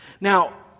Now